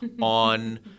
on